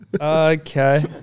Okay